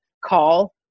call